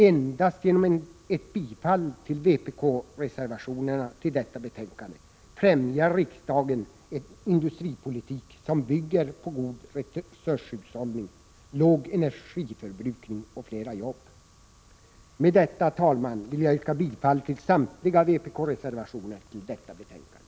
Endast genom ett bifall till vpk-reservationerna till detta betänkande främjar riksdagen en industripolitik som bygger på god resurshushållning, låg energiförbrukning och flera jobb. Med detta, herr talman, vill jag yrka bifall till samtliga vpk-reservationer till detta betänkande.